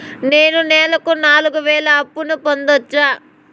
నేను నెలకు నాలుగు వేలు అప్పును పొందొచ్చా?